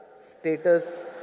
Status